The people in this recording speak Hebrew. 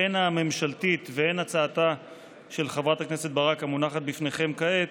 הן הממשלתית והן הצעתה של חברת הכנסת ברק המונחת בפניכם כעת,